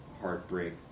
heartbreak